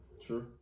sure